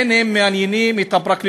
אין הם מעניינים את הפרקליטות,